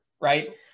right